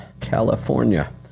California